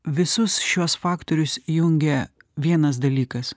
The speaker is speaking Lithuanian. visus šiuos faktorius jungia vienas dalykas